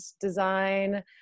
design